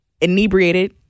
inebriated